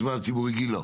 יש.